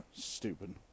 Stupid